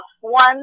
One